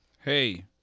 Hey